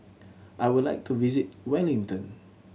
I would like to visit Wellington